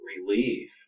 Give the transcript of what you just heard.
relief